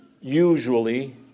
usually